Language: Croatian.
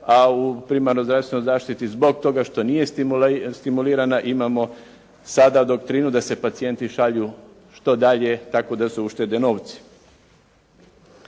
a u primarnoj zdravstvenoj zaštiti zbog toga što nije stimulirana imamo sada doktrinu da se pacijenti šalju što dalje tako da se uštede novci.